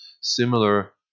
similar